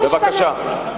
חוזרת בי,